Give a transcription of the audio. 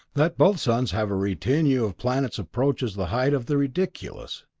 that both suns have a retinue of planets approaches the height of the ridiculous.